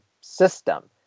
system